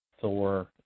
Thor